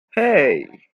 hey